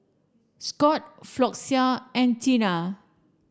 Scott Floxia and Tena